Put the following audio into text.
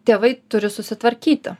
tėvai turi susitvarkyti